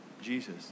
Jesus